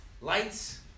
lights